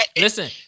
Listen